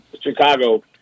Chicago